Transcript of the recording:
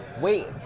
Wait